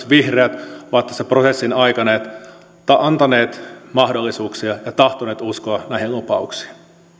vihreät ovat tässä prosessin aikana antaneet mahdollisuuksia ja tahtoneet uskoa näihin lupauksiin